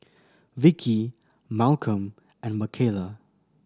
Vicki Malcom and Michaela